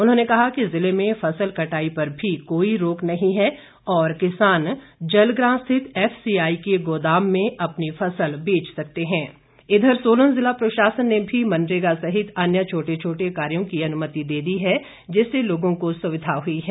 उन्होंने कहा कि जिले में फसल कटाई पर भी कोई रोक नहीं है ओर किसान जलग्रां स्थित एफसीआई के गोदाम में अपनी फसल बेच सकते हैं इधर सोलन जिला प्रशासन ने भी मनरेगा सहित अन्य छोटे छोटे कार्यों की अनुमति दे दी है जिससे लोगों को सुविधा हुई है